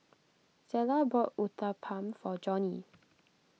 Zela bought Uthapam for Johny